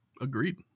Agreed